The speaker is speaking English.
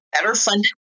better-funded